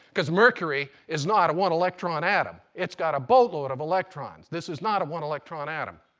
because mercury is not a one electron atom. it's got a boat load of electrons. this is not a one electron atom.